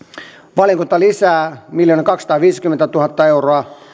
valiokunta lisää miljoonakaksisataaviisikymmentätuhatta euroa